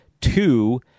Two